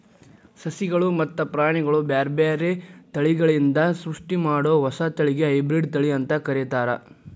ಸಸಿಗಳು ಮತ್ತ ಪ್ರಾಣಿಗಳ ಬ್ಯಾರ್ಬ್ಯಾರೇ ತಳಿಗಳಿಂದ ಸೃಷ್ಟಿಮಾಡೋ ಹೊಸ ತಳಿಗೆ ಹೈಬ್ರಿಡ್ ತಳಿ ಅಂತ ಕರೇತಾರ